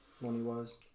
Money-wise